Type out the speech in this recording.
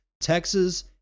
Texas